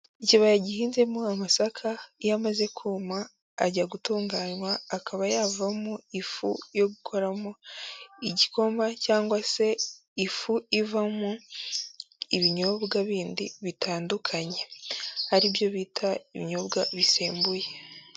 Ikibaya gihinzemo amasaka, iyo amaze kuma ajya gutunganywa akaba yavamo ifu yo gukoramo igikoma cyangwa se ifu ivamo ibinyobwa bindi bitandukanye, ari byo bita ibinyobwa bisembuye.